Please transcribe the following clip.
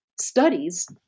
studies